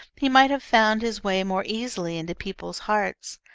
he might have found his way more easily into people's hearts.